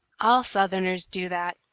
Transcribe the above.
all southerners do that,